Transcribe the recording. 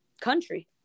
country